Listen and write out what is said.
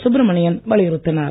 சுப்ரமணியன் வலியுறுத்தினார்